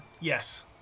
Yes